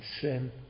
sin